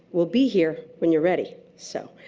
we'll be here when you're ready. so